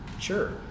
sure